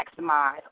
maximize